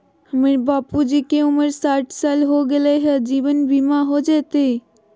हमर बाबूजी के उमर साठ साल हो गैलई ह, जीवन बीमा हो जैतई?